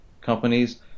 companies